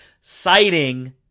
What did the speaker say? citing